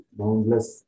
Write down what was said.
boundless